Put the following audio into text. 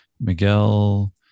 Miguel